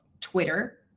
Twitter